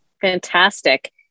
Fantastic